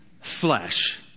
flesh